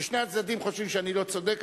כששני הצדדים חושבים שאני לא צודק,